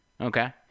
Okay